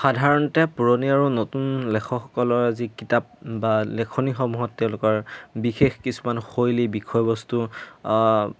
সাধাৰণতে পুৰণি আৰু নতুন লেখকসকলৰ যি কিতাপ বা লেখনিসমূহত তেওঁলোকৰ বিশেষ কিছুমান শৈলী বিষয়বস্তু